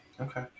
Okay